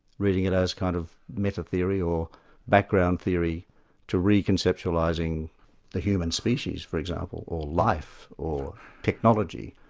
reading it as kind of meta-theory or background theory to reconceptualising the human species, for example, or life, or technology.